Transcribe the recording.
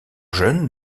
jeune